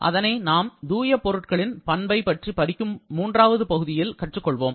அதனை நாம் தூய பொருட்களின் பண்பை பற்றி படிக்கும் மூன்றாவது பகுதியில் கற்றுக்கொள்வோம்